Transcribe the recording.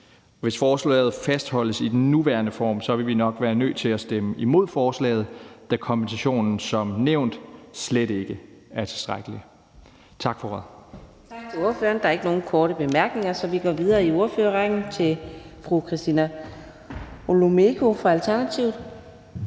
Hvis forslaget fastholdes i den nuværende form, vil vi nok være nødt til at stemme imod forslaget, da kompensationen som nævnt slet ikke er tilstrækkelig. Tak for ordet.